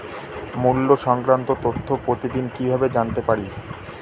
মুল্য সংক্রান্ত তথ্য প্রতিদিন কিভাবে জানতে পারি?